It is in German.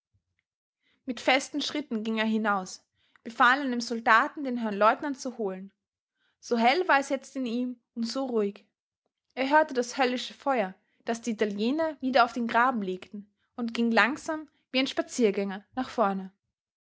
mit festen schritten ging er hinaus befahl einem soldaten den herrn leutnant zu holen so hell war es jetzt in ihm und so ruhig er hörte das höllische feuer das die italiener wieder auf den graben legten und ging langsam wie ein spaziergänger nach vorne